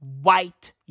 white